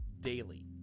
daily